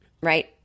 Right